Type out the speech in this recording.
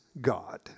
God